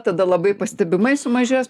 tada labai pastebimai sumažės